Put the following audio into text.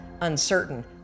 uncertain